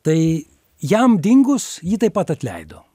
tai jam dingus jį taip pat atleido